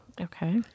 Okay